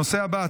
הנושא הבא,